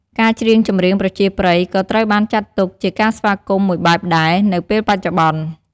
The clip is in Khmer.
ការច្រៀងចម្រៀងប្រជាប្រិយ ក៏ត្រូវបានចាត់ទុកជាការស្វាគមន៍មួយបែបដែរនៅពេលបច្ចុប្បន្ន។